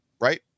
right